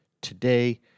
today